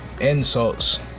insults